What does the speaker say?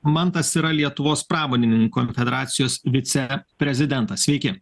mantas yra lietuvos pramonininkų konfederacijos viceprezidentas sveiki